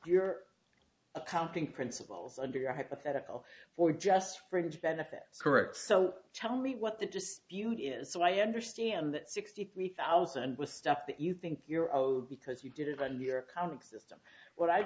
your accounting principles under your hypothetical for just fringe benefits correct so tell me what the dispute is so i understand that sixty three thousand was stuff that you think you're owed because you did it on your comic system